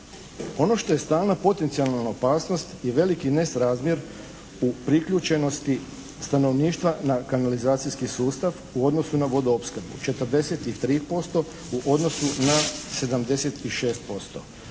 Ono što je stalna potencijalna opasnost i veliki nesrazmjer u priključenosti stanovništva na kanalizacijski sustav u odnosu na vodoopskrbu 43% u odnosu na 76%.